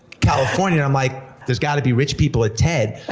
california, and i'm like, there's gotta be rich people at ted.